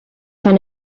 than